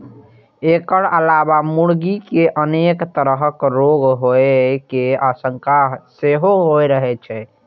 एकर अलावे मुर्गी कें अनेक तरहक रोग होइ के आशंका सेहो रहै छै